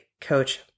coach